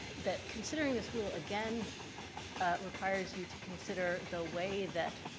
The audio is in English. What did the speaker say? that considering this rule again requires you to consider the way that